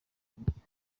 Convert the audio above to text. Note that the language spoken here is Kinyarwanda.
gushya